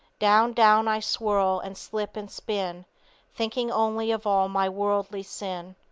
down, down i swirl and slip and spin thinking only of all my worldly sin.